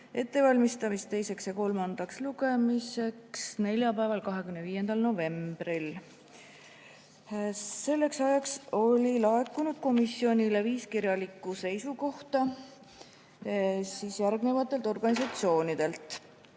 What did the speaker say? ettevalmistamist teiseks ja kolmandaks lugemiseks neljapäeval, 25. novembril. Selleks ajaks oli laekunud komisjonile viis kirjalikku seisukohta järgmistelt organisatsioonidelt: